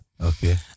Okay